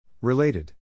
Related